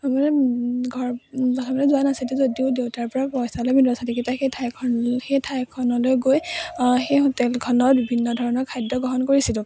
মা মানে ঘৰ প্ৰথমতে যোৱা নাছিলোঁ যদিও দেউতাৰ পৰা পইচা লৈ আমি লছালিকেইটাই সেই ঠাইখন সেই ঠাইখনলৈ গৈ সেই হোটেলখনত বিভিন্ন ধৰণৰ খাদ্য গ্ৰহণ কৰিছিলোঁ